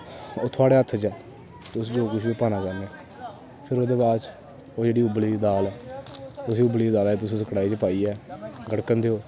ओह् थुआढ़े हत्थ च ऐ तुस जो कुछ बी पाना चाहन्नें फिर ओह्दे बाद च ओह् जेह्ड़ी उब्बली दी दाल ऐ उस उब्बली दी दाला गी तुस कड़ाही च पाइयै गड़कन देओ